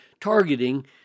targeting